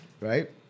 right